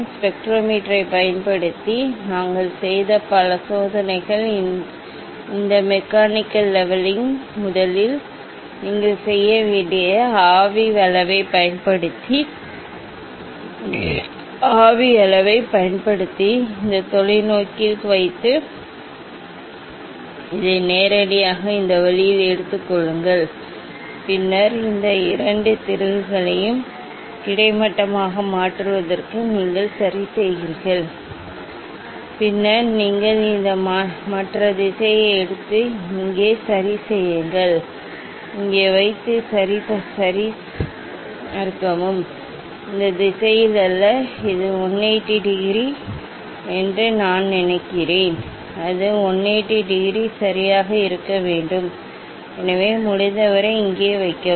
ஸ்பெக்ட்ரோமீட்டரைப் பயன்படுத்தி நாங்கள் செய்த பல சோதனைகள் இந்த மெக்கானிக்கல் லெவலிங்கில் முதலில் நீங்கள் செய்ய வேண்டியது ஆவி அளவைப் பயன்படுத்தி ஆவி அளவைப் பயன்படுத்தி இதை தொலைநோக்கியில் வைத்து இதை நேரடியாக இந்த வழியில் எடுத்துக் கொள்ளுங்கள் பின்னர் இந்த இரண்டு திருகுகளையும் கிடைமட்டமாக மாற்றுவதற்கு நீங்கள் சரிசெய்கிறீர்கள் பின்னர் நீங்கள் இந்த மற்ற திசையை எடுத்து இங்கே சரி செய்யுங்கள் இங்கே வைத்து சரி சரிபார்க்கவும் இந்த திசையில் அல்ல இது 180 டிகிரி என்று நான் நினைக்கிறேன் அது 180 டிகிரி சரியாக இருக்க வேண்டும் எனவே முடிந்தவரை இங்கே வைக்கவும்